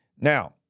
Now